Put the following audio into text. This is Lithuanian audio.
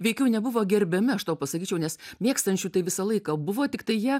veikiau nebuvo gerbiami aš tau pasakyčiau nes mėgstančių tai visą laiką buvo tiktai jie